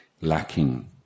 lacking